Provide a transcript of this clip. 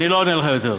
אני לא עונה לך יותר.